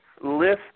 list